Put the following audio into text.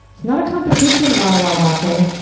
it's not a competition lala latte.